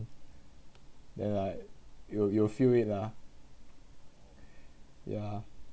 then like you you feel it lah ya